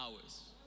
hours